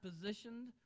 positioned